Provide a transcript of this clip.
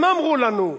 הם אמרו לנו,